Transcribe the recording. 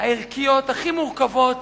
הערכיות הכי מורכבות